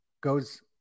goes